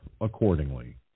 accordingly